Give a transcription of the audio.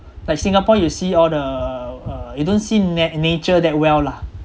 like singapore you see all the uh you don't see nat~ nature that well lah